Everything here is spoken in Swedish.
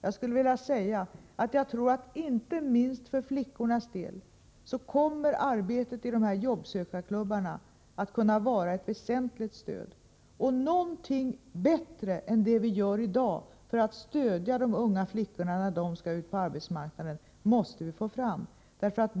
Jag skulle vilja säga att jag tror att inte minst för flickornas del kommer arbetet i jobbsökarklubbarna att kunna vara ett väsentligt stöd. Någonting bättre än det vi i dag gör för att stödja de unga flickorna när de skall ut på arbetsmarknaden måste vi få fram.